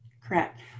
Correct